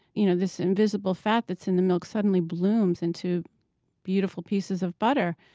you know this invisible fat that's in the milk suddenly blooms into beautiful pieces of butter?